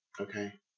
Okay